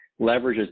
leverages